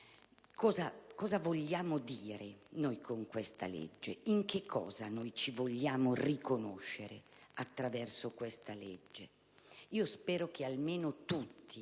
Cosa vogliamo dire con questa legge? In cosa ci vogliamo riconoscere attraverso questa legge? Spero che almeno tutti,